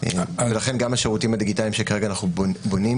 ולכן גם השירותים הדיגיטליים שכרגע אנחנו בונים,